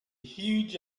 huge